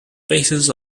basis